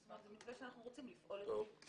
זה מתווה שאנחנו רוצים לפעול לפיו.